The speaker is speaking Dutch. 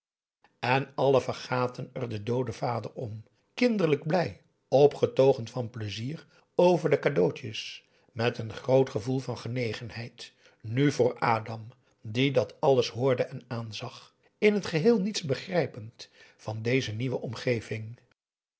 en allen vergaten er den dooden vader om kinderlijk blij opgetogen van pleizier over de cadeautjes met een groot gevoel van genegenheid nu voor adam die dat alles hoorde en aanzag in het geheel niets begrijpend van deze nieuwe omgeving